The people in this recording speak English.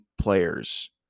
players